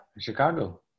Chicago